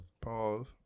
Pause